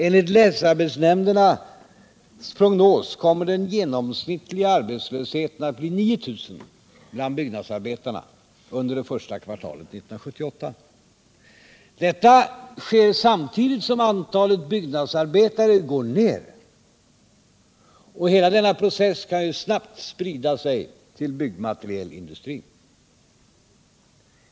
Enligt länsarbetsnämndernas prognos kommer den genomsnittliga arbetslösheten bland byggnadsarbetarna att bli 9 000 under det första kvartalet 1978. Detta sker samtidigt som antalet byggnadsarbetare minskar, och hela denna process kan snabbt sprida sig till byggmaterielindustrin.